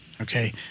Okay